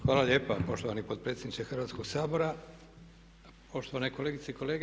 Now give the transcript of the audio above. Hvala lijepa poštovani potpredsjedniče Hrvatskoga sabora, poštovane kolegice i kolege.